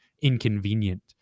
inconvenient